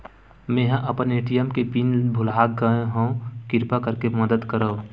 मेंहा अपन ए.टी.एम के पिन भुला गए हव, किरपा करके मदद करव